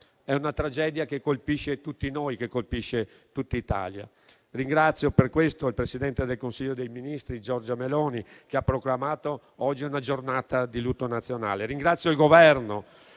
È una tragedia che colpisce tutti noi, che colpisce tutta l'Italia. Ringrazio, per questo, il presidente del Consiglio dei ministri, Giorgia Meloni, che ha proclamato oggi una giornata di lutto nazionale. Ringrazio il Governo